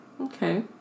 Okay